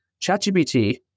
ChatGPT